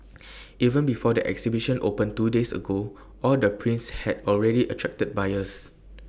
even before the exhibition opened two days ago all their prints had already attracted buyers